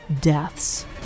deaths